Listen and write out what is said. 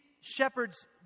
shepherds